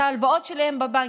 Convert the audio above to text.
את ההלוואות שלהם בבנקים,